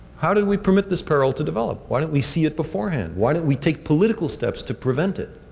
how do we permit this peril to develop? why don't we see it beforehand? why don't we take political steps to prevent it?